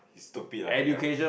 stupid lah that guy